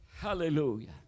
Hallelujah